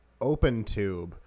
OpenTube